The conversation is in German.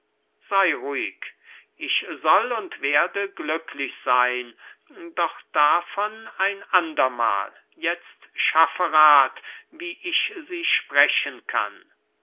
sei ruhig ich soll und werde glücklich sein doch davon ein andermal jetzt schaffe rat wie ich sie sprechen kann